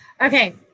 Okay